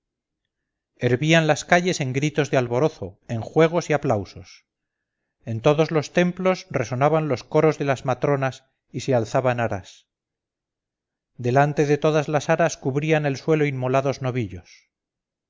hervían las calles en gritos de alborozo en juegos y aplausos en todos los templos resonaban los coros de las matronas y se alzaban aras delante de todas las aras cubrían el suelo inmolados novillos